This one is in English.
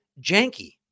janky